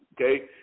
okay